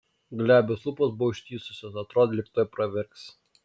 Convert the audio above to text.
glebios lūpos buvo ištįsusios atrodė lyg tuoj pravirks